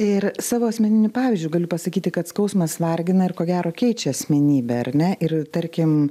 ir savo asmeniniu pavyzdžiu galiu pasakyti kad skausmas vargina ir ko gero keičia asmenybę ar ne ir tarkim